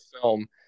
film